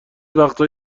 وقتا